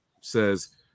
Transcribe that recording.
says